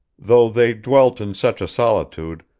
though they dwelt in such a solitude,